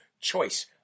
choice